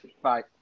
Bye